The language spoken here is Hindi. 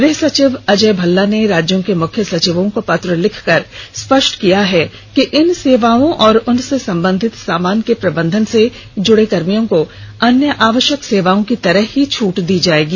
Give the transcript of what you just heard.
गृह सचिव अजय भल्ला ने राज्यों के मुख्य सचिवों को पत्र लिखकर स्पष्ट किया है कि इन सेवाओ और उनसे संबंधित सामान के प्रबंधन से जुड़े कर्मियों को अन्य आवश्यक सेवाओं की तरह ही छूट दी जाएगी